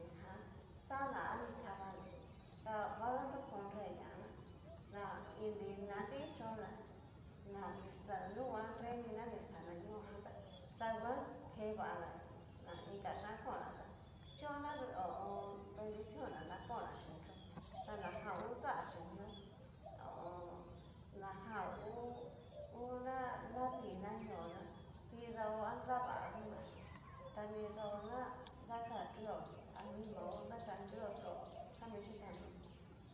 Nijan xana ami kavana ta va danroko nre ñana na inri na nri chónna na nixa nunguan nre mina ni xana ñóojan ta danguan keván n inka xhian kona tá chio na bendión ña na konna sin drios, ta na jan ngu dachí mio ho o on. naja hú hú na naví na ñóo nidao anra vá anima chí ta nidao naka drios animao naka drios yu'ó nami xikanó.